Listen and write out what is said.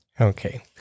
Okay